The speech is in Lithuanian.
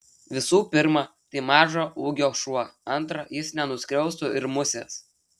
visų pirma tai mažo ūgio šuo antra jis nenuskriaustų ir musės